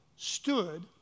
stood